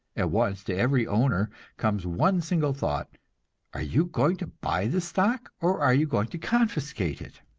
at once to every owner comes one single thought are you going to buy this stock, or are you going to confiscate it?